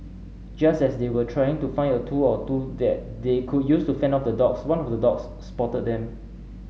just as they were trying to find a tool or two that they could use to fend off the dogs one of the dogs spotted them